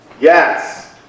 Yes